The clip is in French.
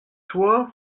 toi